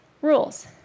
rules